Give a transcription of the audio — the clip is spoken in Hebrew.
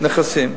נכסים,